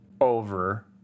over